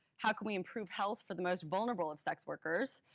how can we improve health for the most vulnerable of sex workers?